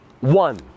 one